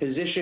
בתי חולים